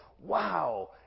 wow